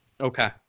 Okay